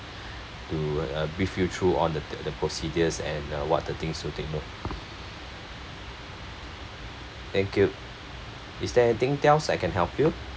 to uh brief you through on the the procedures and uh what the thing to take note thank you is there anything else I can help you